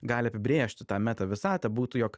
gali apibrėžti tą meta visatą būtų jog